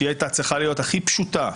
שהיא הייתה צריכה להיות הכי פשוטה,